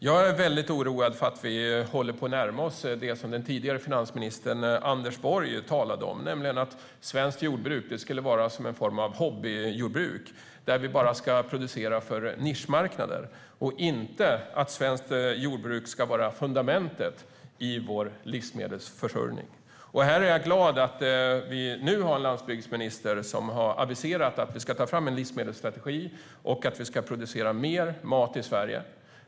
Jag är väldigt oroad över att vi håller på att närma oss det som den tidigare finansministern Anders Borg talade om, nämligen att svenskt jordbruk blir en form av hobbyjordbruk där vi bara producerar för nischmarknader och att svenskt jordbruk inte är fundamentet i vår livsmedelsförsörjning. Jag är glad över att vi nu har en landsbygdsminister som har aviserat att vi ska ta fram en livsmedelsstrategi och att vi ska producera mer mat i Sverige.